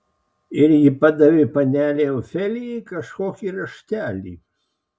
ir ji padavė panelei ofelijai kažkokį raštelį